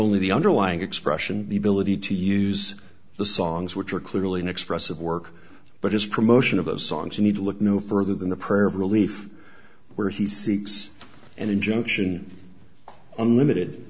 only the underlying expression the ability to use the songs which are clearly an expressive work but his promotion of those songs you need look no further than the prayer of relief where he seeks an injunction unlimited